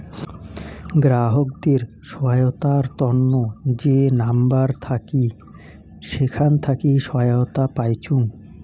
গ্রাহকদের সহায়তার তন্ন যে নাম্বার থাকি সেখান থাকি সহায়তা পাইচুঙ